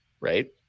right